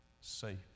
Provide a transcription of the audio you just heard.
safe